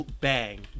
bang